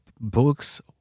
books